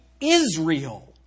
Israel